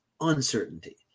uncertainty